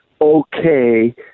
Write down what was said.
Okay